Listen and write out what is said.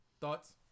thoughts